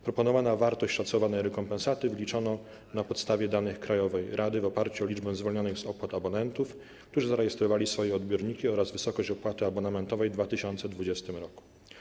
Proponowaną wartość szacowanej rekompensaty wyliczono na podstawie danych krajowej rady, opierając się na liczbie zwolnionych z opłat abonentów, którzy zarejestrowali swoje odbiorniki, oraz wysokości opłaty abonamentowej w 2020 r.